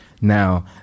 now